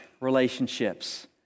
relationships